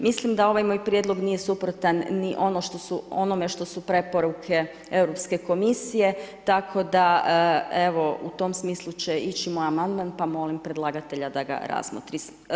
Mislim da ovaj moj prijedlog nije suprotan ni onome što su preporuke Europske komisije tako da evo u tom smislu će ići moj amandman pa molim predlagatelja da ga razmotri.